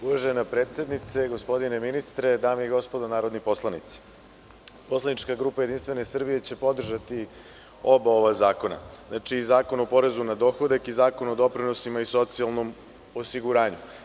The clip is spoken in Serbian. Uvažena predsednice, gospodine ministre, dame i gospodo narodni poslanici, poslanička grupa JS će podržati oba ova zakona, znači, Zakon o porezu na dohodak i Zakon o doprinosima i socijalnom osiguranju.